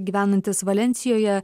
gyvenantis valensijoje